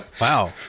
Wow